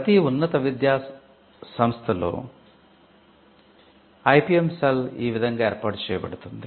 ప్రతీ ఉన్నత విద్యా విద్యాసంస్థలో ఐపిఎం సెల్ ఈ విధంగా ఏర్పాటు చేయబడుతుంది